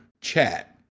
chat